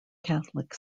catholic